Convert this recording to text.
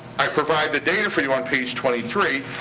i provide the data for you on page twenty three